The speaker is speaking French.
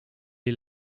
est